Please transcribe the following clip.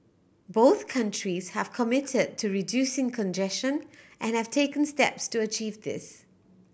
both countries have committed to reducing congestion and have taken steps to achieve this